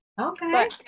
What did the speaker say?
Okay